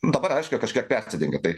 dabar aišku kažkiek persidengia tai